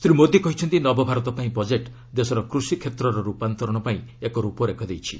ଶ୍ରୀ ମୋଦୀ କହିଛନ୍ତି ନବ ଭାରତ ପାଇଁ ବଜେଟ୍ ଦେଶର କୃଷି କ୍ଷେତ୍ରର ରୂପାନ୍ତରଣ ପାଇଁ ଏକ ରୂପରେଖ ଦେଇଛି